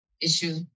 issue